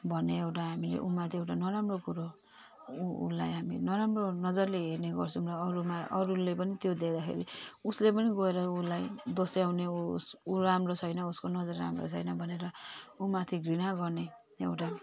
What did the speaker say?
भन्ने एउटा हामीले उसमाथि एउटा नराम्रो कुरो ऊ उसलाई हामी नराम्रो नजरले हेर्ने गर्छौँ र अरूमा अरूले पनि त्यो देख्दाखेरि उसले पनि गएर उसलाई दोस्याउने उस ऊ राम्रो छैन उसको नजर राम्रो छैन भनेर उसमाथि घृणा गर्ने एउटा